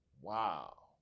Wow